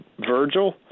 Virgil